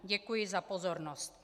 Děkuji za pozornost.